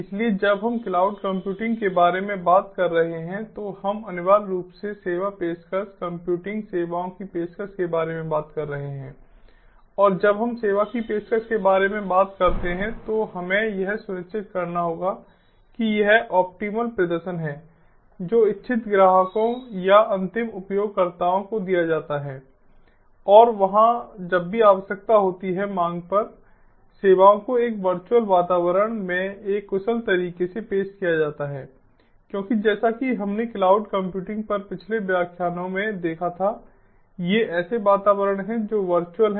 इसलिए जब हम क्लाउड कंप्यूटिंग के बारे में बात कर रहे हैं तो हम अनिवार्य रूप से सेवा पेशकश कंप्यूटिंग सेवाओं की पेशकश के बारे में बात कर रहे हैं और जब हम सेवा की पेशकश के बारे में बात करते हैं तो हमें यह सुनिश्चित करना होगा कि यह ऑप्टीमल प्रदर्शन है जो इच्छित ग्राहकों या अंतिम उपयोगकर्ताओं को दिया जाता है और वहां जब भी आवश्यकता होती है मांग पर सेवाओं को एक वर्चुअल वातावरण में एक कुशल तरीके से पेश किया जाता है क्योंकि जैसा कि हमने क्लाउड कंप्यूटिंग पर पिछले व्याख्यानों में देखा था ये ऐसे वातावरण हैं जो वर्चुअल हैं